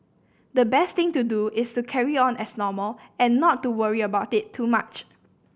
the best thing to do is to carry on as normal and not to worry about it too much